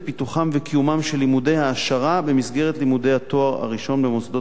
וקיומם של לימודי העשרה במסגרת לימודי התואר הראשון במוסדות להשכלה